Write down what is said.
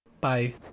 Bye